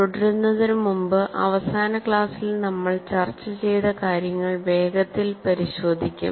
തുടരുന്നതിനു മുൻപ് അവസാന ക്ലാസ്സിൽ നമ്മൾ ചർച്ച ചെയ്ത കാര്യങ്ങൾ വേഗത്തിൽ പരിശോധിക്കും